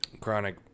Chronic